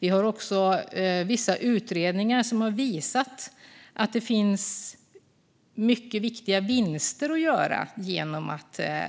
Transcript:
Vi har också vissa utredningar som har visat att det finns mycket viktiga vinster att göra genom